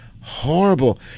horrible